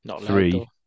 three